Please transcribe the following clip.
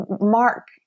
mark